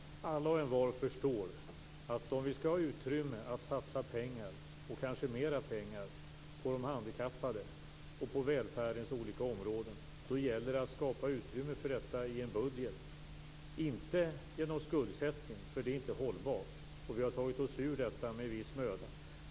Fru talman! Alla och envar förstår att om vi skall ha utrymme att satsa pengar, och kanske mer pengar, på de handikappade och på välfärdens olika områden gäller det att skapa utrymme för det i en budget. Det gör man inte genom skuldsättning. Det är nämligen inte hållbart. Vi har tagit oss ur detta med viss möda.